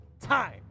time